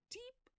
deep